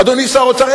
אדוני שר האוצר,